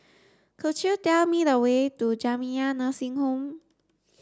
could you tell me the way to Jamiyah Nursing Home